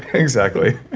exactly.